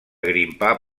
grimpar